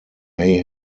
may